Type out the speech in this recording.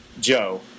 Joe